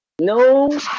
No